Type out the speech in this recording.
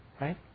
Right